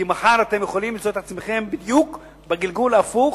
כי מחר אתם יכולים למצוא את עצמכם בדיוק בגלגול ההפוך,